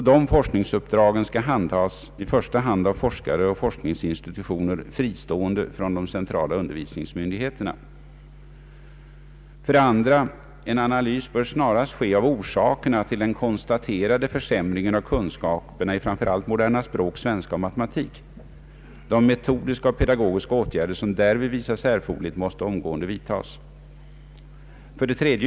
Dessa forskningsuppdrag skall handhas i första hand av forskare och forskningsinstitutioner fristående från de centrala undervisningsmyndigheterna. 2. En analys bör snarast ske av orsakerna till den konstaterade försäm ringen av kunskaperna i framför allt moderna språk, svenska och matematik. De metodiska och pedagogiska åtgärder som därvid visar sig erforderliga måste omgående vidtas. 3.